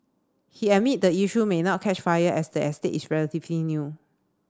he admit the issue may not catch fire as the estate is relatively new